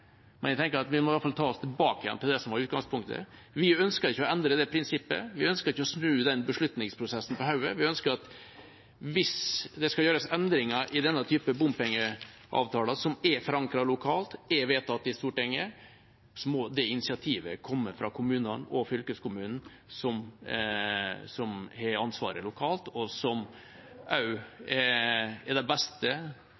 som var utgangspunktet. Vi ønsker ikke å endre det prinsippet, vi ønsker ikke å snu den beslutningsprosessen på hodet. Vi ønsker at hvis det skal gjøres endringer i denne typen bompengeavtaler, som er forankret lokalt, som er vedtatt i Stortinget, så må det initiativet komme fra kommunene og fylkeskommunen, som har ansvaret lokalt, og som